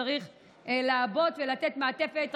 צריך לעבות ולתת מעטפת.